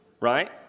right